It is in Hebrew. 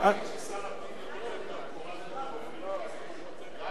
אתה מבין ששר הפנים יכול להיות גם פורז וגם אופיר פינס,